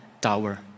tower